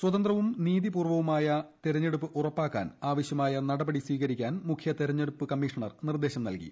സ്വതന്ത്രവും നീതിപൂർവ്വകവുമായ തെരഞ്ഞെടുപ്പ് ഉറപ്പാക്കാൻ ആവശ്യമായ നടപടികൾ സ്വീകരിക്കാൻ മുഖ്യ തെരഞ്ഞെടുപ്പു കമ്മീഷണർ നിർദ്ദേശം നൽകി